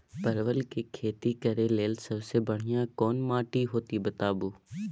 परवल के खेती करेक लैल सबसे बढ़िया कोन माटी होते बताबू?